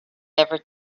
ever